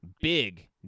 big